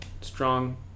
strong